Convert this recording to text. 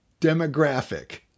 demographic